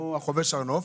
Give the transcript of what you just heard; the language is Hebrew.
או "החובש הר נוף"